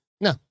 No